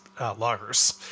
loggers